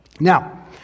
Now